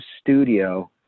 studio